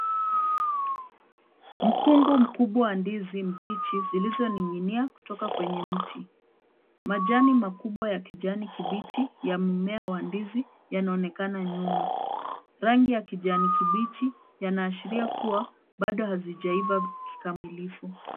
Mkungu mkubwa wa ndizi mbichi zilizoning'inia kutoka kwenye mti. Majani makubwa ya kijani kibichi ya mmea wa ndizi yanaonekana nyuma. Rangi ya kijani kibichi yanaashiria kuwa bado hazijaiva kikamilifu.